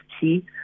key